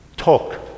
talk